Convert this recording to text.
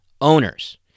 owners